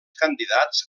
candidats